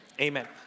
Amen